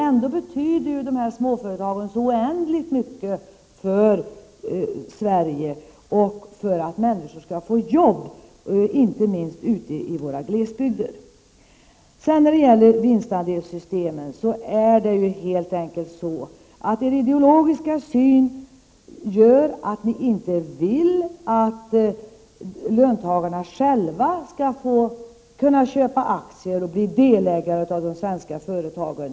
Ändå betyder ju dessa småföretag så oändligt mycket för Sverige och för att människor skall få jobb, inte minst ute i våra glesbygder. När det gäller vinstandelssystemen gör socialdemokraternas ideologiska syn att de inte vill att löntagarna själva får köpa aktier och bli delägare i de svenska företagen.